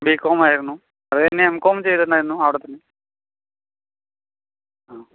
B കോമായിരുന്നു അത് കഴിഞ്ഞ് എം കോം ചെയ്തിട്ടുണ്ടായിരുന്നു അവിടെ തന്നെ ആ